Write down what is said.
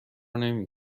نمی